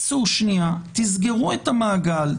צאו שנייה, תסגרו את המעגל.